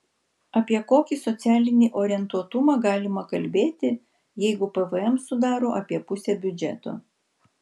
apie kokį socialinį orientuotumą galima kalbėti jeigu pvm sudaro apie pusę biudžeto